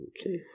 Okay